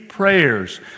prayers